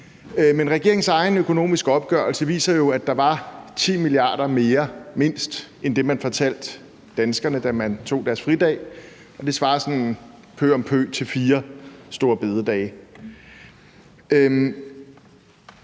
men regeringens egen økonomiske opgørelse viser jo, at der var mindst 10 mia. kr. mere end det, man fortalte danskerne, da man tog deres fridag. Det svarer sådan cirka til fire store bededage.